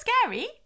scary